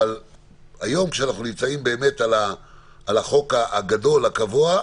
היום, כשאנחנו דנים בחוק הגדול, הקבוע,